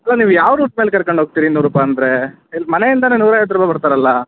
ಅಲ್ಲ ನೀವು ಯಾವ ರೂಟ್ನಲ್ಲಿ ಕರ್ಕೊಂಡು ಹೋಗ್ತೀರಿ ಇನ್ನೂರು ರೂಪಾಯಿ ಅಂದರೆ ಇಲ್ಲಿ ಮನೆಯಿಂದಲೇ ನೂರೈವತ್ತು ರೂಪಾಯಿ ಬರ್ತಾರಲ್ಲ